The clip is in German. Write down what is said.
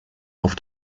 auf